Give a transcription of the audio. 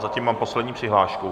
Zatím mám poslední přihlášku.